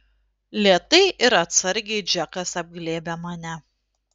lėtai ir atsargiai džekas apglėbia mane